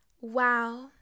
wow